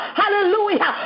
hallelujah